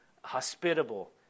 hospitable